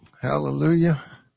hallelujah